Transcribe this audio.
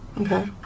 Okay